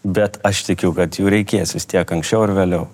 bet aš tikiu kad jų reikės vis tiek anksčiau ar vėliau